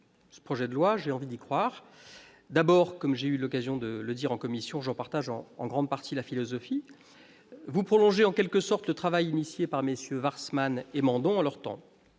Ce projet de loi, j'ai envie d'y croire. Comme j'ai eu l'occasion de le dire en commission, j'en partage en grande partie la philosophie. Vous prolongez en quelque sorte le travail initié par MM. Warsmann et Mandon en leur temps.